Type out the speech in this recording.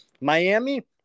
Miami